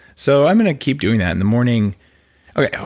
so i'm going to keep doing that in the morning okay.